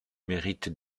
mérite